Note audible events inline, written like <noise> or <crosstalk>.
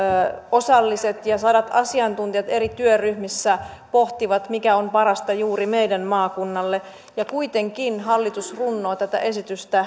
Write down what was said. osalliset ja sadat asiantuntijat eri työryhmissä pohtivat mikä on parasta juuri meidän maakunnallemme ja kuitenkin hallitus runnoo tätä esitystä <unintelligible>